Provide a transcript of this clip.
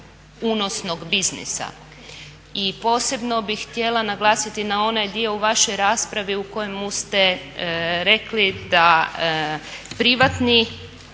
unosnog biznisa. I posebno bih htjela naglasiti na onaj dio u vašoj raspravi u kojemu ste rekli da privatni